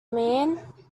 mean